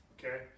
Okay